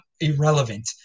irrelevant